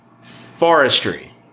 Forestry